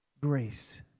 grace